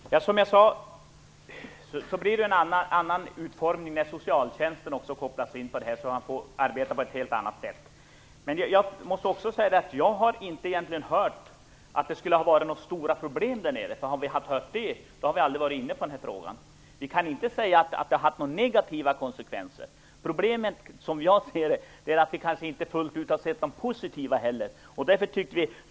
Fru talman! Som jag sade blir det en annan utformning när socialtjänsten också kopplas in. Då arbetar man på ett helt annat sätt. Jag har inte hört att det skulle vara några stora problem där nere. Hade vi hört det hade vi aldrig kommit in på den här frågan. Vi kan inte säga att det här har haft några negativa konsekvenser. Problemet, som jag ser det, är att vi kanske inte fullt ut har sett de positiva effekterna heller.